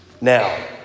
now